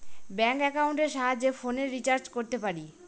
bank একাউন্টের সাহায্যে ফোনের রিচার্জ করতে পারি